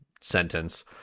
sentence